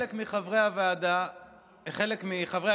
מצד אחד, חלק מחברי